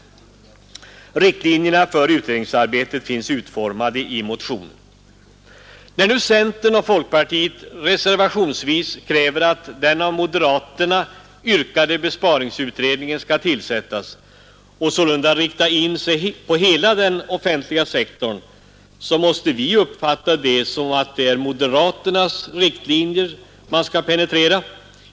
Riktlinjerna för utredningens arbete finns utformade i motionen. När nu centern och folkpartiet reservationsvis kräver att den av moderaterna yrkade besparingsutredningen skall tillsättas och att utredningen skall rikta in sig på hela den offentliga sektorn, så måste vi uppfatta det så att det är moderaternas riktlinjer som utredningen skall penetrera.